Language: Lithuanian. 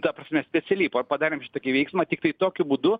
ta prasme specialiai pa padarėm šitokį veiksmą tiktai tokiu būdu